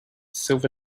silver